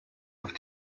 auf